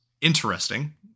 Interesting